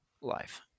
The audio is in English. life